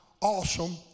awesome